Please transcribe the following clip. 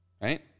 right